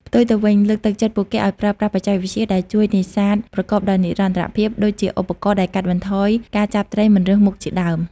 ផ្ទុយទៅវិញ លើកទឹកចិត្តពួកគេឲ្យប្រើប្រាស់បច្ចេកវិទ្យាដែលជួយនេសាទប្រកបដោយនិរន្តរភាព ដូចជាឧបករណ៍ដែលកាត់បន្ថយការចាប់ត្រីមិនរើសមុខជាដើម។